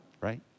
Right